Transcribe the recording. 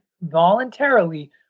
voluntarily